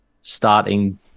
starting